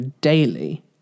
daily